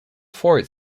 fort